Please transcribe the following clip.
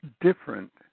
different